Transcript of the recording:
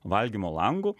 valgymo langu